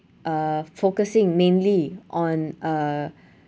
uh focusing mainly on uh